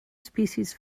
species